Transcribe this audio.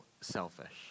selfish